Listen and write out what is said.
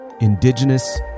Indigenous